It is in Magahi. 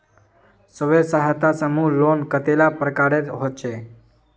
स्वयं सहायता समूह लोन कतेला प्रकारेर होचे?